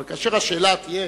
אבל כאשר השאלה תהיה,